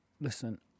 listen